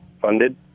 funded